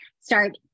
start